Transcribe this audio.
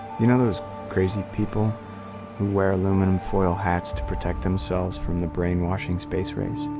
you know those crazy people who wear aluminum foil hats to protect themselves from the brainwashing space-rays?